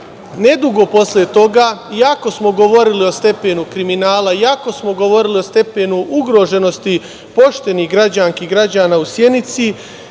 grupi. Nedugo posle toga i ako smo govorili o stepenu kriminala i ako smo govorili o stepenu ugroženosti poštenih građanki i građana u Sjenici,